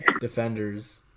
defenders